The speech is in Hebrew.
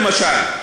למשל,